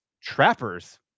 trappers